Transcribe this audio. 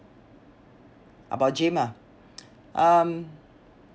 about jim ah um